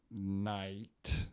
night